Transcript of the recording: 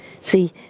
See